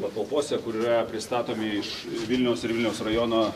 patalpose kur yra pristatomi iš vilniaus ir vilniaus rajono